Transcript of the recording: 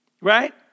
Right